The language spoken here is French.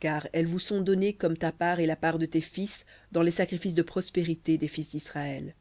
car elles vous sont données comme ta part et la part de tes fils dans les sacrifices de prospérités des fils disraël